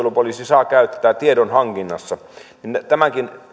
joita suojelupoliisi saa käyttää tiedonhankinnassa niin tämänkin